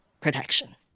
protection